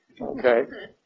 Okay